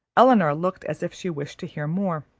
elinor looked as if she wished to hear more.